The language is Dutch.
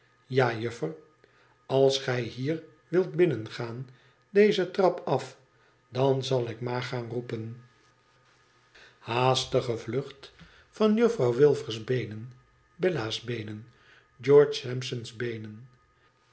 ja juffer als gij hier wilt binnengaan deze trap af dan zal ik ma gaan roepen haastige vlucht van juffrouw wilfers's beenen bella's beenen george sampson's beenen